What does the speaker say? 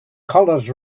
colors